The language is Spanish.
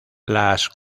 las